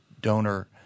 donor